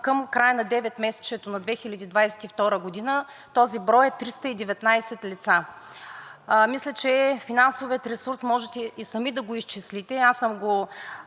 Към края на деветмесечието на 2022 г. този брой е 319 лица. Мисля, че финансовият ресурс можете и сами да го изчислите. Аз съм го